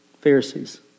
Pharisees